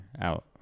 out